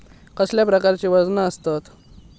कसल्या प्रकारची वजना आसतत?